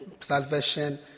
salvation